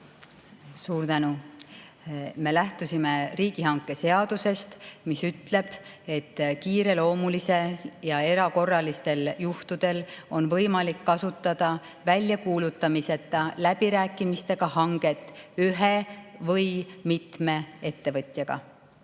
Suur tänu! Me lähtusime riigihangete seadusest, mis ütleb, et kiireloomulisel ja erakorralistel juhtudel on võimalik kasutada väljakuulutamiseta läbirääkimistega hanke[menetlust] ühe või mitme ettevõtjaga.